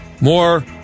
more